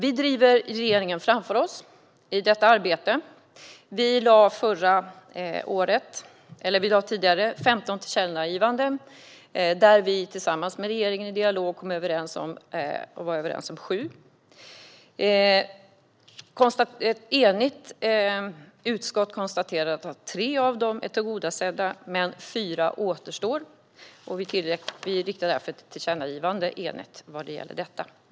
Vi driver regeringen framför oss i detta arbete. Vi har tidigare lagt fram förslag om 15 tillkännagivanden, där vi tillsammans med regeringen är överens om 7. Ett enigt utskott konstaterar att 3 av dem är tillgodosedda men att 4 återstår. Utskottet riktar därför ett enigt tillkännagivande i detta.